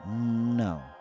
No